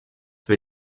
wir